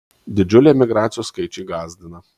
didžiuliai emigracijos skaičiai gąsdina